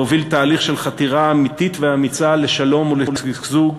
עליה להוביל תהליך של חתירה אמיתית ואמיצה לשלום ולשגשוג